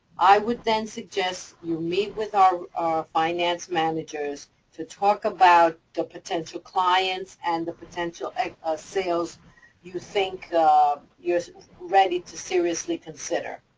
i would then suggest you meet with our finance managers to talk about the potential clients and the potential sales you think, ah you're ready to seriously consider.